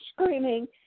Screaming